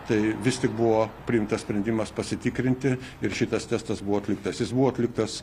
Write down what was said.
tai vis tik buvo priimtas sprendimas pasitikrinti ir šitas testas buvo atliktas jis buvo atliktas